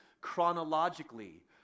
chronologically